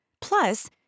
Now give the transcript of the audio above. Plus